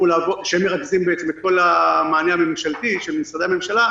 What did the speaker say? שהם מרכזים את כל המענה הממשלתי של משרדי הממשלה,